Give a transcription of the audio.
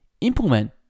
Implement